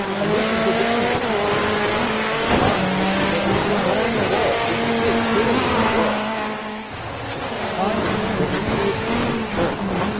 and this is the danger of the time in which we live not only in the world. we can see it clearly in the world but the time where we see it in the church